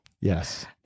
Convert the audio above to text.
Yes